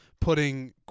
putting